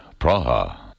Praha. (